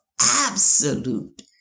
absolute